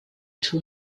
two